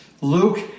Luke